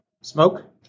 Smoke